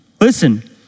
listen